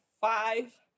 five